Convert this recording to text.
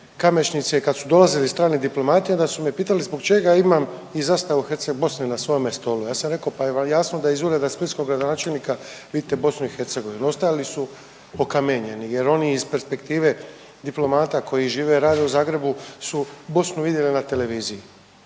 Kamešnice, kad su dolazili strani diplomati, onda su me pitali zbog čega imam i zastavu Herceg-Bosne na svome stolu, ja sam rekao pa je li vam jasno da iz ureda splitskog gradonačelnika vidite BiH? Ostali su okamenjeni jer oni iz perspektive diplomata koji žive i rade u Zagrebu su Bosnu vidjeli na televiziji.